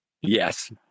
Yes